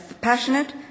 passionate